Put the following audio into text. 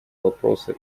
вопроса